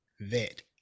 vet